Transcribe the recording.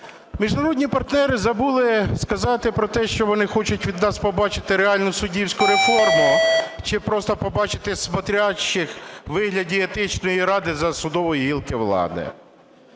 Міжнародні партнери забули сказати про те, що вони хочуть від нас побачити реальну суддівську реформу чи просто побачити "смотрящих" у вигляді Етичної ради за судової гілки влади?